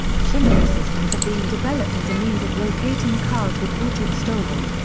similar systems are being developed as a means of locating cars reported stolen.